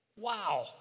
Wow